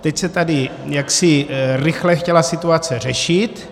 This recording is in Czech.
Teď se tady jaksi rychle chtěla situace řešit.